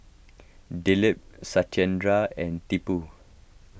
Dilip Satyendra and Tipu